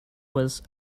was